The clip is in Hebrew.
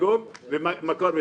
מקור ותרגום.